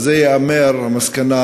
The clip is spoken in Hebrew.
על זה תיאמר המסקנה,